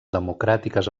democràtiques